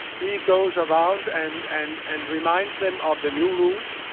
he goes around and and and reminds them of the new rules.